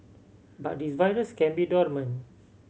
but this virus can be dormant